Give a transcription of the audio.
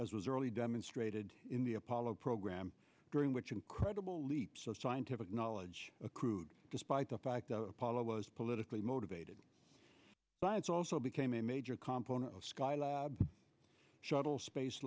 as was early demonstrated in the apollo program during which incredible leaps of scientific knowledge accrued despite the fact that apollo was politically motivated but its also became a major component of skylab shuttle space